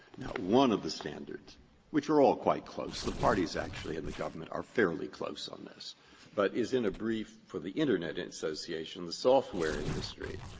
now, one of the standards which are all quite close the parties actually in the government are fairly close on this but is in a brief for the internet and association, the software industry.